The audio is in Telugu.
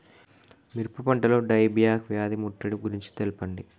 మిరప పంటలో డై బ్యాక్ వ్యాధి ముట్టడి గురించి తెల్పండి?